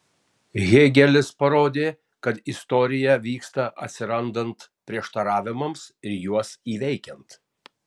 hėgelis parodė kad istorija vyksta atsirandant prieštaravimams ir juos įveikiant